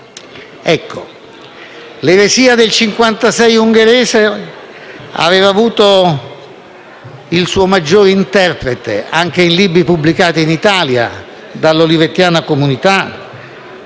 L'eresia del Cinquantasei ungherese aveva avuto il suo maggior interprete anche in libri pubblicati in Italia dall'olivettiana Comunità